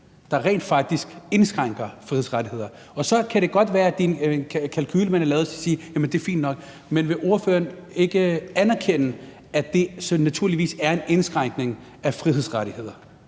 der rent faktisk indskrænker frihedsrettighederne? Så kan det godt være, at det er en kalkule, man har lavet, hvor man har sagt, at det er fint nok, men vil ordføreren ikke anerkende, at det naturligvis er en indskrænkning af frihedsrettighederne?